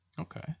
Okay